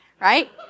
right